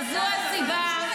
וזו הסיבה,